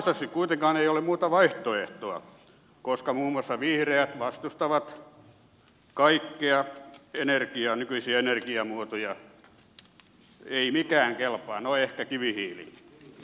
toistaiseksi kuitenkaan ei ole muuta vaihtoehtoa koska muun muassa vihreät vastustavat kaikkia nykyisiä energiamuotoja ei mikään kelpaa no ehkä kivihiili